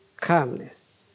calmness